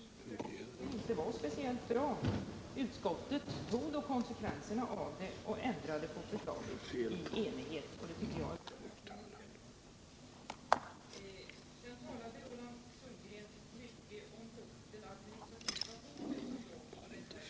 i praktiken inte vara speciellt bra. Utskottet tog då konsekvenserna av detta och ändrade på förslaget i enighet, och det tycker jag är bra. Roland Sundgren talade mycket om risken för att vi får en stor administrativ apparat, och jag håller med om att det hade kunnat föreligga en sådan risk.